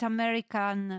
American